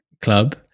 Club